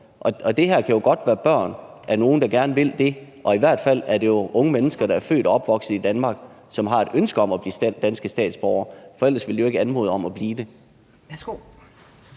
og det her kan jo godt være børn af nogle, der gerne vil det, og i hvert fald er det jo unge mennesker, der er født og opvokset i Danmark, og som har et ønske om at blive danske statsborgere, for ellers ville de jo ikke anmode om at blive det.